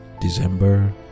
December